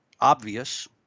obvious